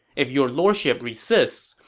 if your lordship resists,